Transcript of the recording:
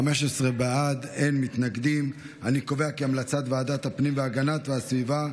הצעת ועדת הפנים והגנת הסביבה